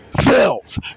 filth